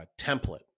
template